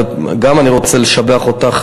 אני גם רוצה לשבח אותך,